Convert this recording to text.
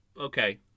Okay